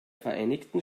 vereinigten